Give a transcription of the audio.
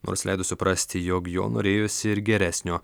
nors leido suprasti jog jo norėjosi ir geresnio